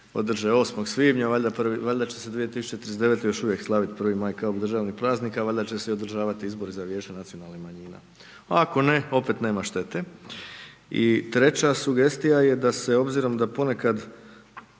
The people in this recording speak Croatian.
održe 08. svibnja, valjda će se 2039. još uvijek slavit 1. maj kao državni praznik, a valjda će se i održavati izbori za Vijeće nacionalnih manjina. Ako ne, opet nema štete. I treća sugestija je da se obzirom, da ponekad